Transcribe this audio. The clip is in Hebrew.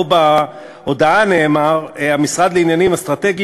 פה בהודעה נאמר: המשרד לעניינים אסטרטגיים